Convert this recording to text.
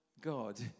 God